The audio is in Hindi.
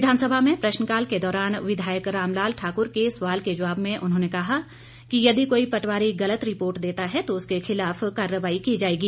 विधानसभा में प्रश्नकाल के दौरान विधायक रामलाल ठाकर के सवाल के जवाब में उन्होंने कहा कि यदि कोई पटवारी गलत रिपोर्ट देता है तो उसके खिलाफ कार्रवाई की जाएगी